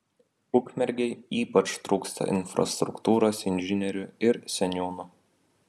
ukmergei ypač trūksta infrastruktūros inžinierių ir seniūnų